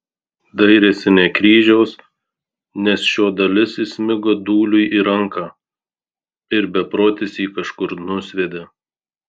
dairėsi ne kryžiaus nes šio dalis įsmigo dūliui į ranką ir beprotis jį kažkur nusviedė